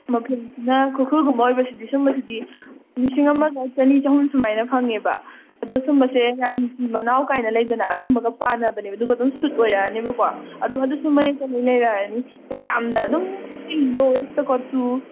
ꯃꯐꯦꯟꯁꯤꯅ ꯈꯨꯔꯈꯨꯜꯒꯨꯝꯕ ꯑꯣꯏꯕꯁꯤꯗꯤ ꯁꯨꯝꯕꯁꯤꯗꯤ ꯂꯤꯁꯤꯡ ꯑꯃꯒ ꯆꯅꯤ ꯆꯍꯨꯝ ꯁꯨꯃꯥꯏꯅ ꯐꯪꯉꯦꯕ ꯑꯗꯣ ꯁꯨꯝꯕꯁꯦ ꯔꯥꯅꯤ ꯐꯤ ꯃꯅꯥꯎ ꯀꯥꯏꯅ ꯂꯩꯗꯅ ꯑꯗꯨꯝꯕꯒ ꯄꯥꯅꯕꯅꯦꯕ ꯑꯗꯨꯒ ꯑꯗꯨꯝ ꯁꯨꯠ ꯑꯣꯏꯔꯛ ꯑꯅꯦꯕꯀꯣ ꯑꯗꯣ ꯑꯗꯨꯁꯨ ꯃꯌꯦꯛꯇ ꯂꯣꯏ ꯂꯩꯔꯛꯑꯅꯤ ꯃꯌꯦꯛ ꯌꯥꯝꯅ ꯑꯗꯨꯝ